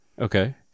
Okay